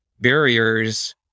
barriers